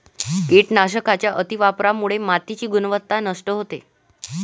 कीटकनाशकांच्या अतिवापरामुळे मातीची गुणवत्ता नष्ट होते